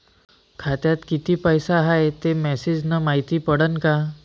खात्यात किती पैसा हाय ते मेसेज न मायती पडन का?